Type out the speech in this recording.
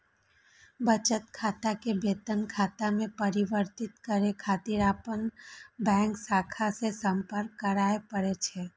बचत खाता कें वेतन खाता मे परिवर्तित करै खातिर अपन बैंक शाखा सं संपर्क करय पड़ै छै